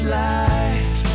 life